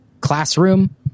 classroom